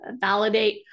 validate